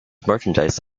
merchandise